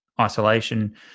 isolation